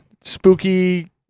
spooky